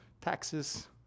taxes